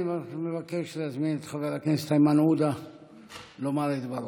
אני מבקש להזמין את חבר הכנסת איימן עודה לומר את דברו.